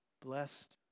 blessed